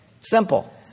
Simple